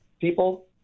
people